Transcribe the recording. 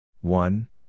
one